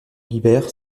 guibert